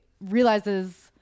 realizes